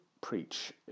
preach